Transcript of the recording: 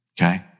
Okay